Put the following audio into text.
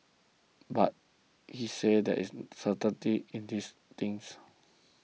but he said there is certainty in these things